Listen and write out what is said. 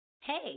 hey